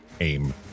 aim